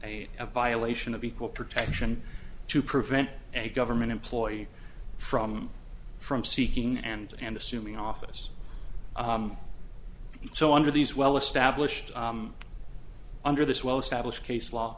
t a violation of equal protection to prevent a government employee from from seeking and and assuming office so under these well established under this well established case law